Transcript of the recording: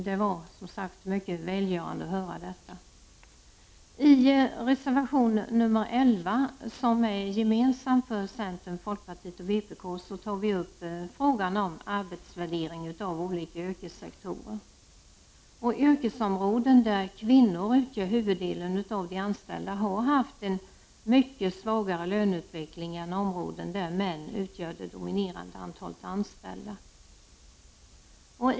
Det var, som sagt, mycket välgörande att höra detta. I reservation 11, som är gemensam för centern, folkpartiet och vpk, tas frågan om arbetsvärdering av olika yrkessektorer upp. Inom yrkesområden där kvinnor utgör huvuddelen av de anställda har löneutvecklingen varit mycket svagare än inom områden där män utgör det dominerande antalet anställda.